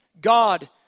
God